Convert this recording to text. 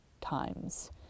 times